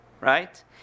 right